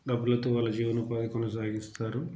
డబ్బులతో వాళ్ళ జీవనోపాధి కొనసాగిస్తారు